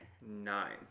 Nine